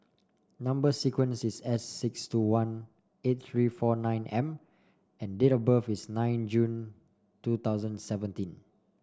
number sequence is S six two one eight three four nine M and date of birth is nine June two thousand seventeen